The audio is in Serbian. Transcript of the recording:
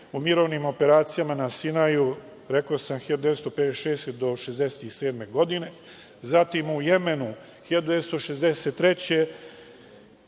u mirovnim operacijama na Sinaju, rekao sam 1956. do 1967. godine, zatim u Jemenu 1963.